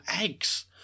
eggs